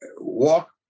walk